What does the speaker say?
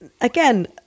Again